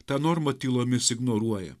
tą normą tylomis ignoruoja